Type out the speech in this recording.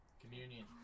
Communion